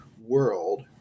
world